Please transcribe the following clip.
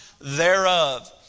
thereof